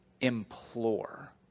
implore